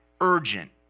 urgent